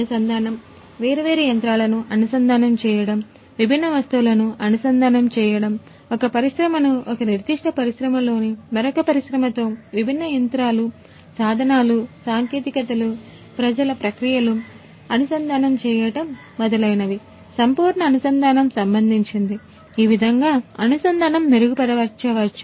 అనుసంధానం వేర్వేరు యంత్రాలను అనుసంధానం చేయడం విభిన్న వస్తువులను అనుసంధానం చేయడం ఒక పరిశ్రమను ఒక నిర్దిష్ట పరిశ్రమలోని మరొక పరిశ్రమతో విభిన్న యంత్రాలు సాధనాలు సాంకేతికతలు ప్రజల ప్రక్రియలు ను అనుసంధానం చేయటం మొదలైనవి సంపూర్ణ అనుసంధానం సంబంధించింది ఈ విధముగా అనుసంధానం మెరుగుపరచవచ్చు